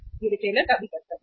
यह रिटेलर का भी कर्तव्य है